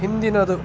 ಹಿಂದಿನದು